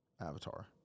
Avatar